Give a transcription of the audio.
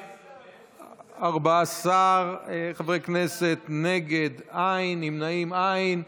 בעד, 14 חברי כנסת, נגד, אין, נמנעים אין.